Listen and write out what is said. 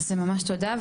ממש תודה.